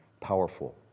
powerful